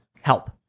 help